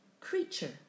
creature